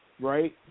right